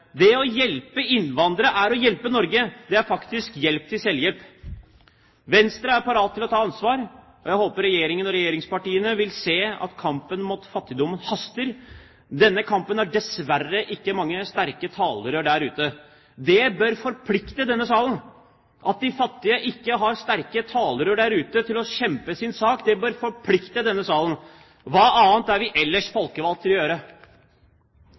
Det å hjelpe innvandrere er å hjelpe Norge. Det er faktisk hjelp til selvhjelp. Venstre er parat til å ta ansvar, og jeg håper at Regjeringen og regjeringspartiene vil se at kampen mot fattigdom haster. Denne kampen har dessverre ikke mange sterke talerør der ut, og det bør forplikte denne salen. At de fattige ikke har sterke talerør der ute til å kjempe sin sak, bør forplikte denne salen. Hva annet er vi ellers folkevalgt til å gjøre?